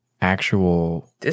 actual